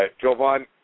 Jovan